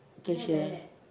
kershav